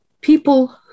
people